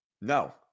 no